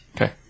Okay